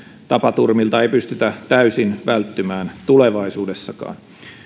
tapaturmilta ei pystytä täysin välttymään tulevaisuudessakaan